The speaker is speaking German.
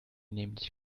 nämlich